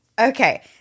Okay